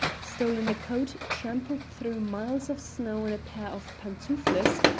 stolen a coat, tramped through miles of snow in a pair of pantoufles,